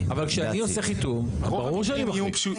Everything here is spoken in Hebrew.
אבל כשאני עושה חיתום, ברור שאני מחריג.